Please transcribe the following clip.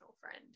friend